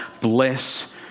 Bless